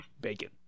bacon